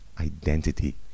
identity